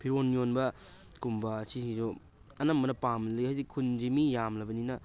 ꯐꯤꯔꯣꯜ ꯌꯣꯟꯕ ꯒꯨꯝꯕ ꯑꯁꯤꯁꯤꯁꯨ ꯑꯅꯝꯕꯅ ꯄꯥꯝꯅ ꯂꯩ ꯍꯥꯏꯗꯤ ꯈꯨꯟꯁꯤ ꯃꯤ ꯌꯥꯝꯂꯕꯅꯤꯅ